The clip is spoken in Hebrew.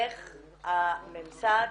איך הממסד,